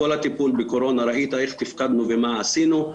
בכל הטיפול בקורונה ראית איך תפקדנו ומה עשינו.